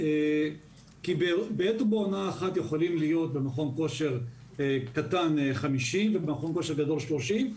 כי בעת ובעונה אחת יכולים להיות במכון כושר קטן 50 ובמכון כושר גדול 30,